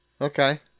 Okay